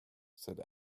said